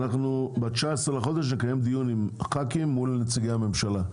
ב-19 לחודש נקיים דיון עם חברי כנסת מול נציגי הממשלה.